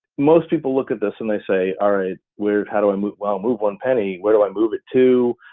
most people look at this and they say, all right, weird, how do i move? well, move one penny, where do i move it to?